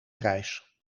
prijs